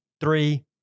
three